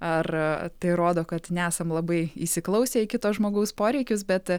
ar tai rodo kad nesam labai įsiklausę į kito žmogaus poreikius bet